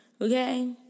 Okay